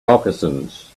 moccasins